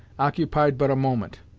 occupied but a moment.